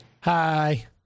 Hi